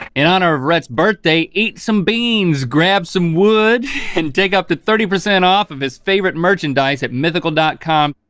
in honor of rhett's birthday, eat some beans, grab some wood and take up to thirty percent off of his favorite merchandise at mythical com.